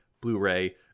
Blu-ray